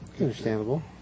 Understandable